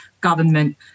government